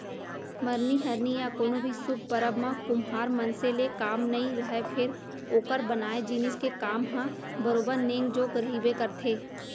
मरनी हरनी या कोनो भी सुभ परब म कुम्हार मनसे ले काम नइ रहय फेर ओकर बनाए जिनिस के काम ह बरोबर नेंग जोग रहिबे करथे